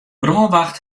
brânwacht